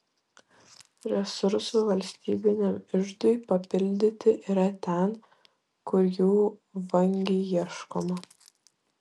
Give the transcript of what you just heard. resursų valstybiniam iždui papildyti yra ten kur jų vangiai ieškoma